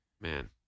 Man